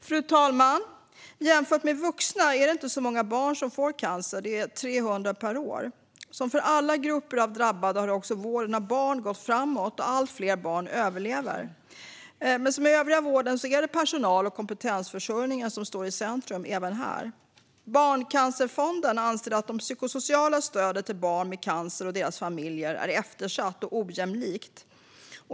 Fru talman! Jämfört med vuxna är det inte så många barn som får cancer. Det är 300 per år. Som för alla grupper av drabbade har också vården av barn gått framåt, och allt fler barn överlever. Men liksom i den övriga vården är det personalen och kompetensförsörjningen som står i centrum även här. Barncancerfonden anser att det psykosociala stödet till barn med cancer och deras familjer är eftersatt och ojämlikt.